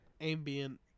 Ambient